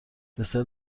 دسر